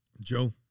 Joe